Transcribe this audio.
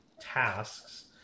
tasks